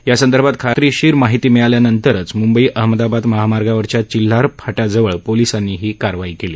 यासंदर्भात खात्रीशीर माहिती मिळाल्यानंतरच मुंबई अहमदाबाद महामार्गावरच्या चिल्हार फाट्याजवळ पोलीसांनी ही कारवाई केली